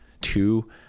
two